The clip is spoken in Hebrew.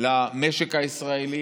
למשק הישראלי,